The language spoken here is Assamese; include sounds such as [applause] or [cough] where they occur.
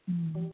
[unintelligible]